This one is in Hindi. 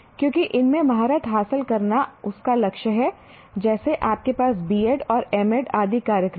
क्योंकि इनमें महारत हासिल करना उसका लक्ष्य है जैसे आपके पास BEd और M Ed आदि कार्यक्रम हैं